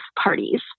parties